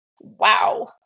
Wow